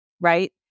right